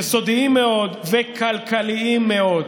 יסודיים מאוד וכלכליים מאוד.